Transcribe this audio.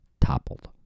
toppled